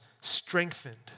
strengthened